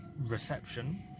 reception